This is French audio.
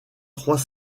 trois